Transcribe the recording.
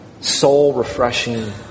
soul-refreshing